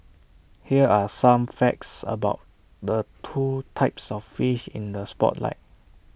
here are some facts about the two types of fish in the spotlight